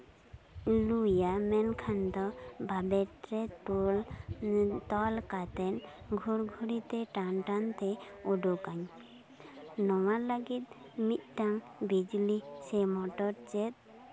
ᱞᱩᱭᱟ ᱢᱮᱱᱠᱷᱟᱱ ᱫᱚ ᱵᱟᱵᱮᱨ ᱨᱮ ᱴᱩᱞ ᱛᱚᱞ ᱠᱟᱛᱮᱜ ᱜᱷᱚᱲ ᱜᱷᱩᱲᱤ ᱛᱮ ᱴᱟᱱ ᱴᱟᱱᱛᱤᱧ ᱩᱰᱩᱠᱟᱹᱧ ᱱᱚᱣᱟ ᱞᱟᱹᱜᱤᱫ ᱢᱤᱫᱴᱟᱱ ᱵᱤᱡᱽᱞᱤ ᱥᱮ ᱢᱚᱴᱚᱨ ᱪᱮᱫ